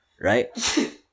right